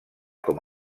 com